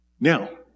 Now